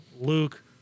Luke